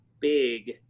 big